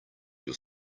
your